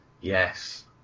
yes